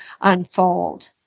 unfold